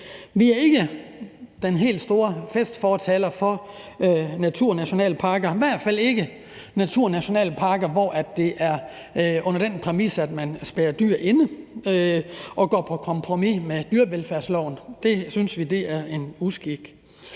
Vi er ikke de helt store fortalere for naturnationalparker, i hvert fald ikke naturnationalparker, hvor præmissen er, at man spærrer dyr inde og går på kompromis med dyrevelfærdsloven. Det synes vi er en uskik.